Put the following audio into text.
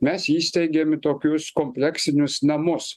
mes įsteigėm tokius kompleksinius namus